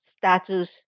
status